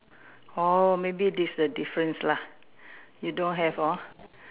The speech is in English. oh maybe this the difference lah you don't have hor